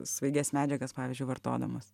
svaigias medžiagas pavyzdžiui vartodamas